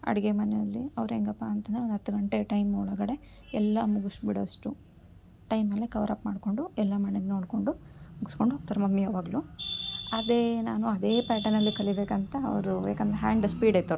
ಅಡುಗೆಮನೆಯಲ್ಲಿ ಅವ್ರು ಹೆಂಗಪ್ಪ ಅಂತಂದರೆ ಒಂದು ಹತ್ತು ಗಂಟೆ ಟೈಮ್ ಒಳಗಡೆ ಎಲ್ಲ ಮುಗಿಸ್ಬಿಡೊ ಅಷ್ಟು ಟೈಮಲ್ಲೇ ಕವರ್ ಅಪ್ ಮಾಡಿಕೊಂಡು ಎಲ್ಲ ಮಾಡಿದ್ದು ನೋಡಿಕೊಂಡು ಮುಗ್ಸ್ಕೊಂಡು ಹೋಗ್ತಾರೆ ಮಮ್ಮಿ ಯಾವಾಗಲೂ ಅದೇ ನಾನು ಅದೇ ಪ್ಯಾಟರ್ನಲ್ಲಿ ಕಲಿಯಬೇಕಂತ ಅವರು ಯಾಕಂದ್ರೆ ಹ್ಯಾಂಡ್ ಸ್ಪೀಡ್ ಐತೆ ಅವ್ರದ್ದು